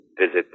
visit